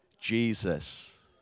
Jesus